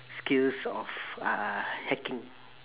skills of uh hacking